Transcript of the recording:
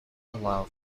allow